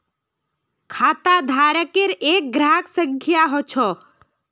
खाताधारकेर एक ग्राहक संख्या ह छ